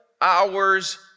hours